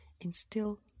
instill